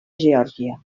geòrgia